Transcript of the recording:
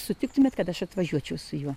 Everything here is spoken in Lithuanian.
sutiktumėt kad aš atvažiuočiau su juo